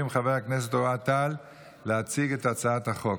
חבר הכנסת אוהד טל להציג את הצעת החוק,